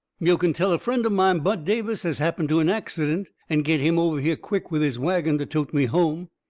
yo' can tell a friend of mine bud davis has happened to an accident, and get him over here quick with his wagon to tote me home.